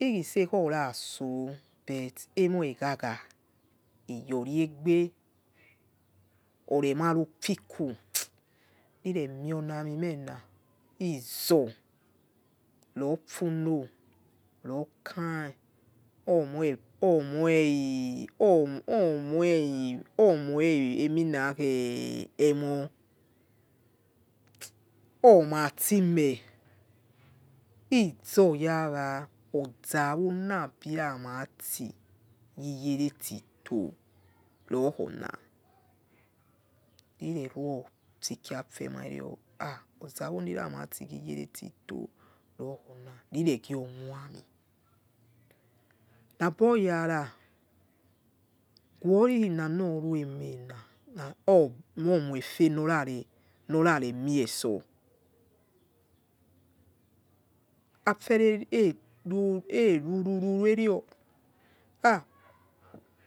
khiseoraso but emoi egaga eyoregbe oremarofiko niremionami mena izor rofino ror kind omoi omoi omoi omieninakhe omo omatimeh izo rawakhozawo nabiram ati ghiyeretito rokhona rireruo stikeh afemai heo ha ozawoniramatighiyere till to rokhona rireghiwomi daboyara guori khi nana oruemena omoife noraremie sor afere ra eru eru ruru eroio ha.